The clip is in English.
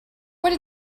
would